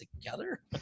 together